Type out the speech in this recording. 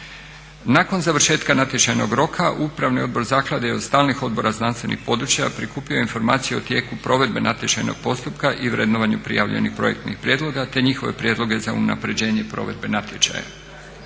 Nakon završetka natječajnog roka Upravni odbor Zaklade je od stalnih odbora znanstvenih područja prikupio informacije o tijeku provedbe natječajnog postupka i vrednovanju prijavljenih projektnih prijedloga te njihove prijedloge za unapređenje provedbe natječaja.